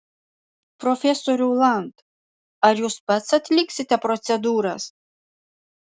profesoriau land ar jūs pats atliksite procedūras